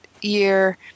year